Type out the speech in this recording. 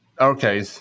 Okay